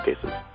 cases